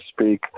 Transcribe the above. speak